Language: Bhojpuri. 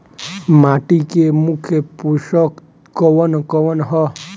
माटी में मुख्य पोषक कवन कवन ह?